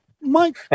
Mike